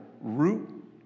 root